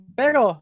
pero